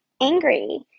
angry